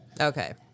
Okay